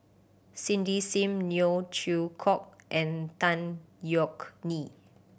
Cindy Sim Neo Chwee Kok and Tan Yeok Nee